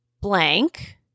blank